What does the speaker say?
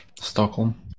Stockholm